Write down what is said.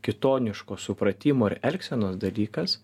kitoniško supratimo ir elgsenos dalykas